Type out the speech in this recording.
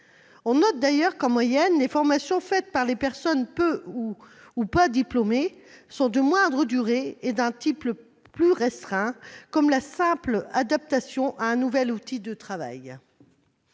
on peut noter que, en moyenne, les formations effectuées par des personnes peu ou pas diplômées sont de moindre durée et d'un type plus restreint, par exemple une simple adaptation à un nouvel outil de travail.